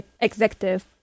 executive